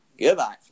goodbye